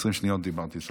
20 שניות דיברתי.